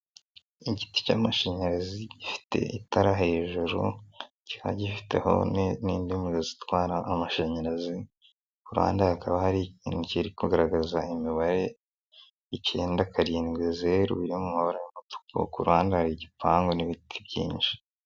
Igiti cy'amashanyarazi, gifite itara hejuru, kikaba gifiteho n'imiyoboro itwara amashanyarazi, ku ruhande hakaba hari ikintu kiri kugaragaza imibare, icyenda karindwi zeru, ku ruhande hari igipanu n'ibiti byinshi.